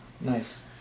Nice